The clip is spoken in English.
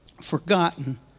forgotten